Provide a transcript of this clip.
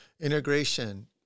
Integration